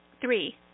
Three